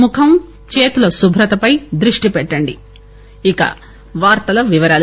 ముఖం చేతుల శుభ్రతపై దృష్టి పెట్టండి ఇక వార్తల వివరాలు